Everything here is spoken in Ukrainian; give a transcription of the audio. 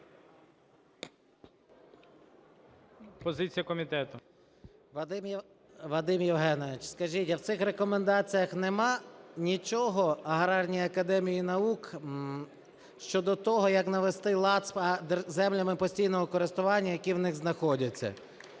Вадим Євгенович, скажіть, а в цих рекомендаціях нема нічого Аграрній академії наук щодо того, як навести лад з землями постійного користування, які в них знаходяться?